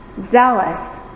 zealous